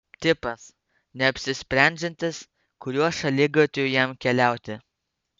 tipas neapsisprendžiantis kuriuo šaligatviu jam keliauti